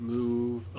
move